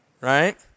Right